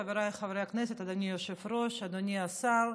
חבריי חברי הכנסת, אדוני היושב-ראש, אדוני השר,